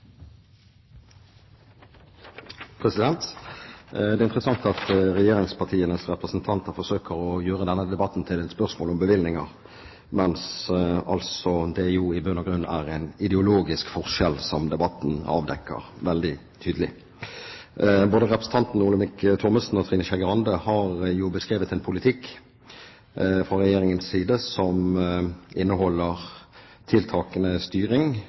ha det til. Det er interessant at regjeringspartienes representanter forsøker å gjøre denne debatten til et spørsmål om bevilgninger, mens det i bunn og grunn er en ideologisk forskjell, som debatten avdekker veldig tydelig. Både representanten Olemic Thommessen og Trine Skei Grande har beskrevet en politikk fra Regjeringens side som inneholder tiltakende styring